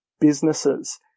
businesses